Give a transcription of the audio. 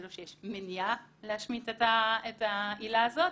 זה לא שיש מניעה להשמיט את העילה הזאת,